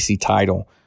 title